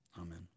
Amen